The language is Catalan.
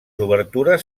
obertures